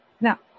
Now